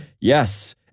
yes